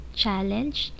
challenge